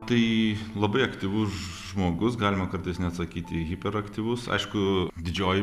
tai labai aktyvus žmogus galima kartais net sakyti hiperaktyvus aišku didžioji